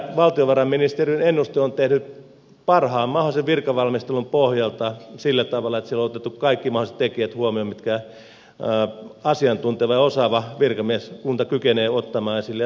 tämä valtiovarainministeriön ennuste on tehty parhaan mahdollisen virkavalmistelun pohjalta sillä tavalla että siellä on otettu kaikki mahdolliset tekijät huomioon mitkä asiantunteva ja osaava virkamieskunta kykenee ottamaan esille